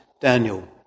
Daniel